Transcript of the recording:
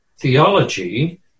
theology